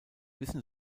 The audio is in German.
wissen